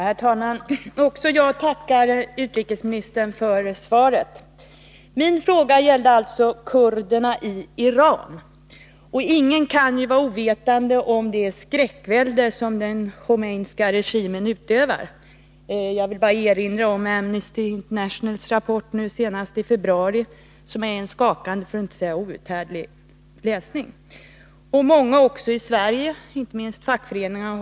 Herr talman! Också jag tackar utrikesministern för svaret. Min fråga gäller alltså kurderna i Iran. Ingen kan vara ovetande om det skräckvälde som den Khomeiniska regimen utövar. Jag vill bara erinra om Amnesty Internationals senaste rapport, från i februari. Den är en skakande, för att inte säga outhärdlig, läsning. Också i Sverige har många protesterat. Det gäller inte minst fackföreningarna.